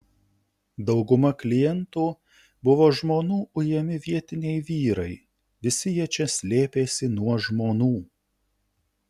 dauguma klientų buvo žmonų ujami vietiniai vyrai visi jie čia slėpėsi nuo žmonų